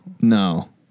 No